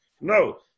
No